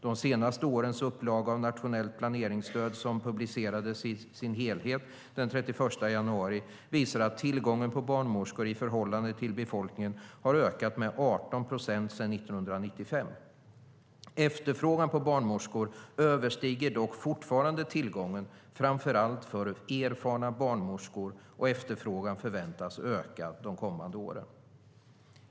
Det senaste årets upplaga av Nationellt planeringsstöd , som publicerades i sin helhet den 31 januari, visar att tillgången på barnmorskor i förhållande till befolkningen har ökat med 18 procent sedan 1995. Efterfrågan på barnmorskor överstiger dock fortfarande tillgången, framför allt för erfarna barnmorskor, och efterfrågan förväntas öka de kommande åren.